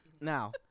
now